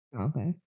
Okay